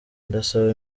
ndasaba